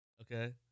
Okay